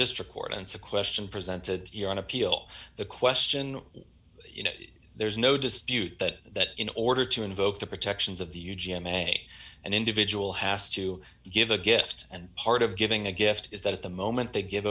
district court and so question presented here on appeal the question you know there's no dispute that in order to invoke the protections of the you g m a an individual has to give a gift and part of giving a gift is that at the moment they give